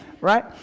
Right